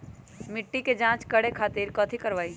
मिट्टी के जाँच करे खातिर कैथी करवाई?